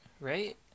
right